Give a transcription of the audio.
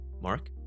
Mark